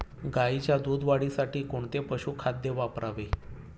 गाईच्या दूध वाढीसाठी कोणते पशुखाद्य वापरावे?